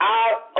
out